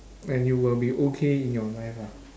and you will be okay in your life ah